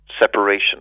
separation